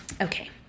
Okay